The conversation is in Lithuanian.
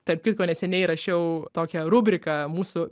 tarp kitko neseniai rašiau tokią rubriką mūsų